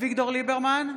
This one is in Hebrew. אביגדור ליברמן,